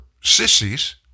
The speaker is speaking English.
sissies